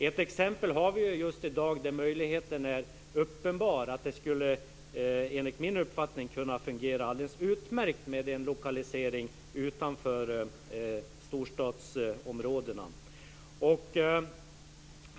Ett exempel har vi just i dag, där möjligheten är uppenbar att det, enligt min uppfattning, skulle kunna fungera alldeles utmärkt med en lokalisering utanför storstadsområdena.